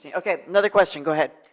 yeah okay, another question, go ahead.